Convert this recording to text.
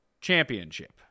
Championship